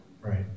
Right